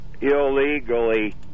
illegally